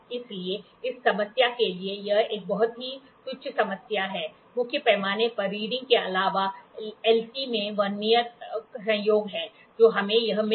इसलिए इस समस्या के लिए यह एक बहुत ही तुच्छ समस्या है मुख्य पैमाने पर रीडिंग के अलावा LC में Vernier संयोग है तो हमें यह मिल गया